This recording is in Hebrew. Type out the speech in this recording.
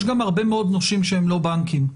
יש גם הרבה מאוד נושים שהם לא בנקים,